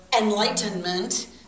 enlightenment